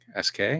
SK